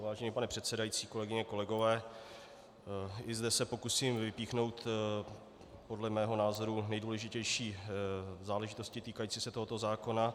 Vážený pane předsedající, kolegyně, kolegové, i zde se pokusím vypíchnout podle mého názoru nejdůležitější záležitosti týkající se tohoto zákona.